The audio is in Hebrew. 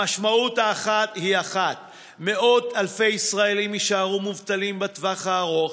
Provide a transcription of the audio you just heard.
המשמעות היא אחת: מאות אלפי ישראלים יישארו מובטלים בטווח הארוך,